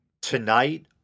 tonight